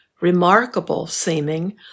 remarkable-seeming